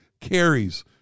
carries